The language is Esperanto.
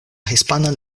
hispana